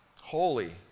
Holy